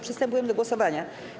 Przystępujemy do głosowania.